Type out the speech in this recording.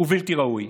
ובלתי ראוי.